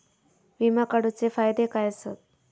विमा काढूचे फायदे काय आसत?